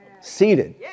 Seated